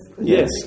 Yes